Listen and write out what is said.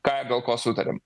ką ir dėl ko sutarėm